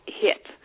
hit